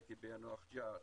היינו ביאנוח ג'ת,